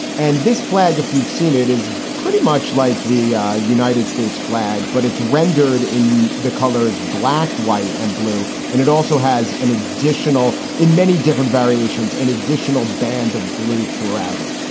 and this flag, if you've seen it, is pretty much like the united states flag, but it's rendered in the colors, black, white and blue. and it also has an additional in many different variations and additional band of blue throughout it.